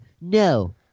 No